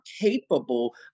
capable